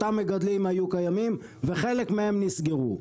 אותם מגדלים היו קיימים וחלק מהם נסגרו,